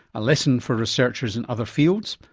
a lesson for researchers in other fields,